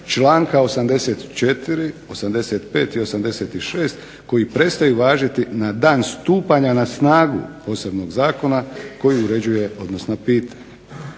"članka 84., 85. i 86. koji prestaju važiti na dan stupanja na snagu posebnog zakona koji uređuje odnosna pitanja."